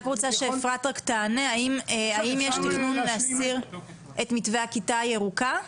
האם יש תכנון להסיר את מתווה הכיתה הירוקה?